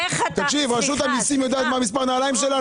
תקשיב, רשות המיסים יודעת מה מספר הנעליים שלנו.